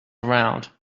around